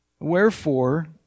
Wherefore